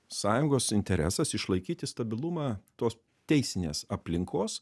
sąjungos interesas išlaikyti stabilumą tos teisinės aplinkos